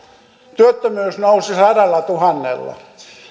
työttömyys nousi sadallatuhannella